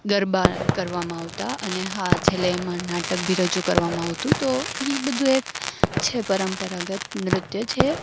ગરબા કરવામાં આવતા અને હા છેલ્લે એમાં નાટક બી રજૂ કરવામાં આવતું તો એ બધું એક છે પરંપરાગત નૃત્ય છે